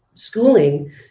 schooling